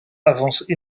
avance